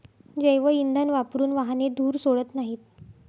जैवइंधन वापरून वाहने धूर सोडत नाहीत